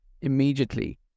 immediately